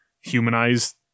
humanized